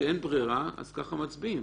כשאין ברירה אז ככה מצביעים.